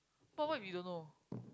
but what if you don't know